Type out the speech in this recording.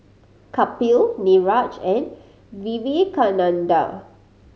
Kapil Niraj and Vivekananda